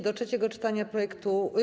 Do trzeciego czytania projektu.